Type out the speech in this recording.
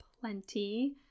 plenty